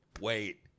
Wait